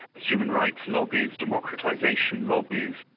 human rights lobbies, democratisation lobbies,